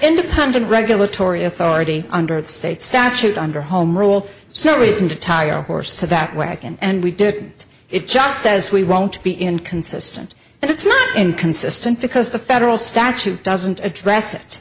independent regulatory authority under the state statute under home rule so reason to tire horse to that way and we did it just says we won't be inconsistent and it's not inconsistent because the federal statute doesn't address it